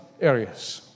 areas